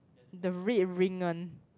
the red ring on